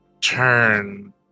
turn